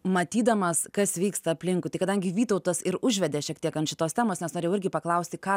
matydamas kas vyksta aplinkui tai kadangi vytautas ir užvedė šiek tiek ant šitos temos nes norėjau irgi paklausti ką